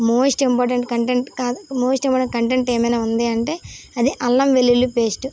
most important content కాదు most important content ఏమైనా ఉంది అంటే అది అల్లం వెల్లుల్లి పేస్ట్